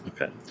okay